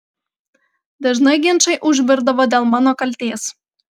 dažnai ginčai užvirdavo dėl mano kaltės